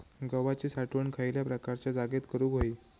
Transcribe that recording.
गव्हाची साठवण खयल्या प्रकारच्या जागेत करू होई?